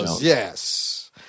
Yes